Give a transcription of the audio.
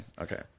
Okay